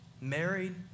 married